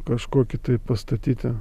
kažkokį tai pastatyti